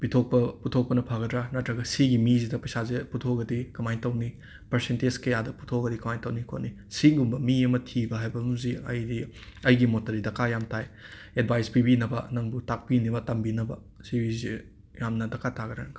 ꯄꯤꯊꯣꯛꯄ ꯄꯨꯊꯣꯛꯄꯅ ꯐꯒꯗ꯭ꯔꯥ ꯅꯠꯇ꯭ꯔꯒ ꯁꯤꯒꯤ ꯃꯤꯁꯤꯗ ꯄꯩꯁꯥꯁꯦ ꯄꯨꯊꯣꯛꯂꯗꯤ ꯀꯃꯥꯏ ꯇꯧꯅꯤ ꯄꯔꯁꯦꯟꯇꯦꯖ ꯀꯌꯥꯗ ꯄꯨꯊꯣꯛꯑꯒꯗꯤ ꯀꯃꯥꯏ ꯇꯧꯅꯤ ꯈꯣꯠꯅꯤ ꯁꯤꯒꯨꯝꯕ ꯃꯤ ꯑꯃ ꯊꯤꯕ ꯍꯥꯏꯕꯃꯁꯦ ꯑꯩꯗꯤ ꯑꯩꯒꯤ ꯃꯣꯠꯇꯗꯤ ꯗꯀꯥ ꯌꯥꯝꯅ ꯇꯥꯏ ꯑꯦꯗꯕꯥꯏꯁ ꯄꯤꯕꯤꯅꯕ ꯅꯪꯕꯨ ꯇꯥꯛꯄꯤꯅꯕ ꯇꯝꯕꯤꯅꯕ ꯁꯤ ꯁꯦ ꯌꯥꯝꯅ ꯗꯔꯀꯥꯔ ꯇꯥꯒꯗ꯭ꯔꯅ ꯈꯜꯂꯦ